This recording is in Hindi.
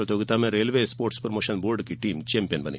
प्रतियोगिता में रेलवे स्पोर्ट्स प्रमोशन बोर्ड की टीम चौंपियन रही